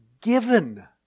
given